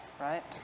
right